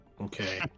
Okay